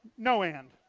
no and.